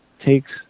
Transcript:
takes